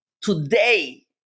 today